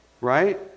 right